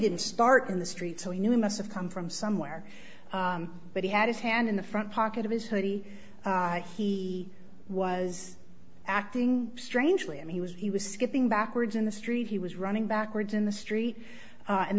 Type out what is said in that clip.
didn't start in the street so he knew he must have come from somewhere but he had his hand in the front pocket of his hoodie he was acting strangely and he was he was skipping backwards in the street he was running backwards in the street